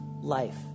life